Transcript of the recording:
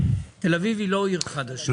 תל אביב היא לא עיר חדשה.